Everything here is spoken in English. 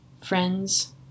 friends